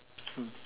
mm